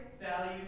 value